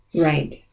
Right